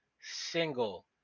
single